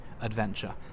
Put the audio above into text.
adventure